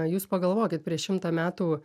jūs pagalvokit prieš šimtą metų